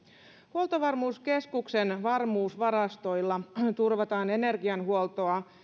huoltovarmuuskeskuksen varmuusvarastoilla turvataan energianhuoltoa